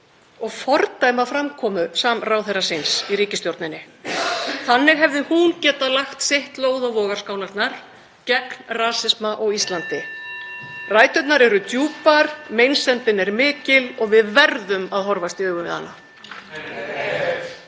og fordæma framkomu ráðherra síns í ríkisstjórninni. Þannig hefði hún getað lagt sitt lóð á vogarskálarnar gegn rasisma á Íslandi. Ræturnar eru djúpar. Meinsemdin er mikil og við verðum að horfast í augu við hana.